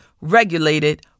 regulated